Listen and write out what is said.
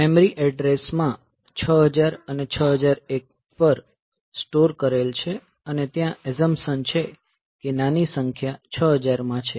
memory address માં 6000 અને 6001 H પર સ્ટોર કરેલ છે અને ત્યાં એઝંપશન છે કે નાની સંખ્યા 6000H માં છે